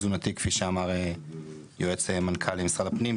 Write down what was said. תזונתי כפי שאמר יועץ מנכ"ל משרד הפנים,